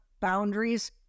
boundaries